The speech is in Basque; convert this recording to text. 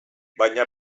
baina